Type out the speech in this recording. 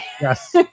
Yes